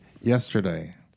yesterday